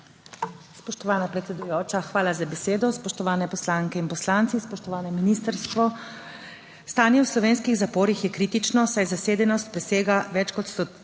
Spoštovana predsedujoča, hvala za besedo. Spoštovane poslanke in poslanci, spoštovano ministrstvo. Stanje v slovenskih zaporih je kritično, saj zasedenost presega več kot 130